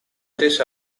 dish